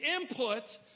input